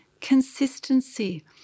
consistency